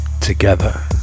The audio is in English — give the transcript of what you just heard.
together